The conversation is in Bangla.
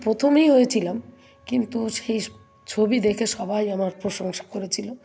প্রথমই হয়েছিলাম কিন্তু সেই ছবি দেখে সবাই আমার প্রশংসা করেছিল